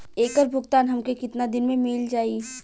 ऐकर भुगतान हमके कितना दिन में मील जाई?